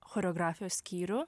choreografijos skyrių